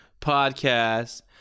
podcast